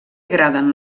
agraden